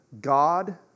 God